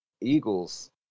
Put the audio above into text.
Eagles